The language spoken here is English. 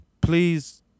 Please